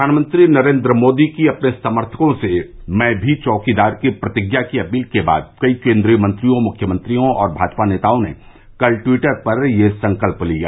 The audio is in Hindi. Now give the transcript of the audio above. प्रधानमंत्री नरेन्द्र मोदी की अपने समर्थकों से मैं भी चौकीदार की प्रतिज्ञा की अपील के बाद कई केन्द्रीय मंत्रियों मुख्यमंत्रियों और भाजपा नेताओं ने कल ट्वीटर पर यह संकल्प लिया